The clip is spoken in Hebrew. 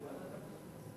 ועדת הפנים.